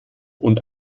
und